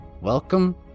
Welcome